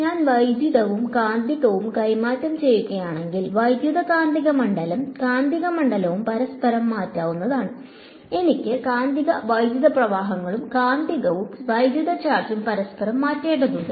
ഞാൻ വൈദ്യുതവും കാന്തികവും കൈമാറ്റം ചെയ്യുകയാണെങ്കിൽ വൈദ്യുത മണ്ഡലവും കാന്തിക മണ്ഡലവും പരസ്പരം മാറ്റാവുന്നതാണ് എനിക്ക് കാന്തികവും വൈദ്യുത പ്രവാഹങ്ങളും കാന്തികവും വൈദ്യുത ചാർജ്ജും പരസ്പരം മാറ്റേണ്ടതുണ്ട്